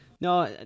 No